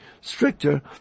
stricter